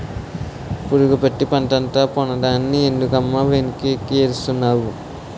పురుగుపట్టి పంటంతా పోనాదని ఎందుకమ్మ వెక్కి వెక్కి ఏడుస్తున్నావ్